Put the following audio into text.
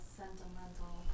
sentimental